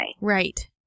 Right